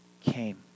came